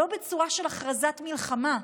לא בצורה של הכרזת מלחמה,